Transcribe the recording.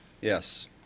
Yes